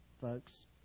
folks